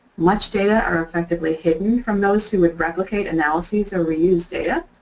much data are effectively hidden from those who would replicate analyses or reuse data.